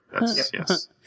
Yes